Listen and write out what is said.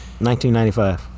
1995